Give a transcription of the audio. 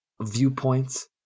viewpoints